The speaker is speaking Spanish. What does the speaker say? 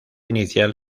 inicial